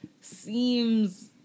seems